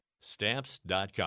stamps.com